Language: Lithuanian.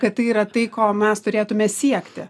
kad tai yra tai ko mes turėtume siekti